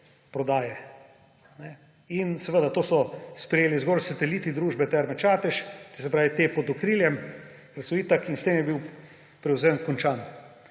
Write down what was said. prodaja. In seveda, to so sprejeli zgolj sateliti družbe Terme Čatež, to se pravi, ti pod okriljem, ki so itak; in s tem je bil prevzem končan.